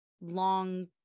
long